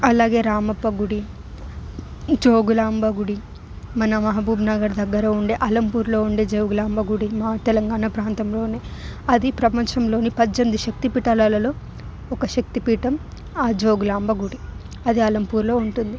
అలాగే రామప్ప గుడి జోగులాంబ గుడి మన మహబూబ్నగర్ దగ్గర ఉండే ఆలంపూర్లో ఉండే జోగులాంబ గుడి మా తెలంగాణ ప్రాంతంలోనే అది ప్రపంచంలోని పద్దెనిమిది శక్తి పీఠాలలో ఒక శక్తి పీఠం ఆ జోగులాంబ గుడి అది ఆలంపూర్లో ఉంటుంది